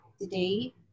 today